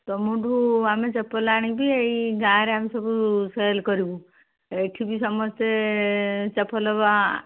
ତମଠୁ ଆମେ ଚପଲ ଆଣିକି ଏଇ ଗାଁରେ ଆମେ ସବୁ ସେଲ୍ କରିବୁ ଏଠି ବି ସମସ୍ତେ ଚପଲ